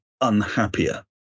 unhappier